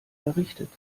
errichtet